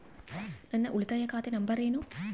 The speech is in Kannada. ನನ್ನ ಉಳಿತಾಯ ಖಾತೆ ನಂಬರ್ ಏನು?